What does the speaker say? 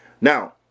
Now